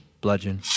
bludgeon